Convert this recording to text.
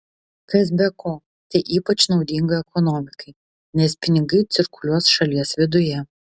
kas be ko tai ypač naudinga ekonomikai nes pinigai cirkuliuos šalies viduje